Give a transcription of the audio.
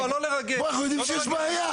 אנחנו יודעים שיש בעיה.